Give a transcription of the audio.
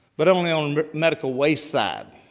but only on and medical waste side.